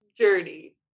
journey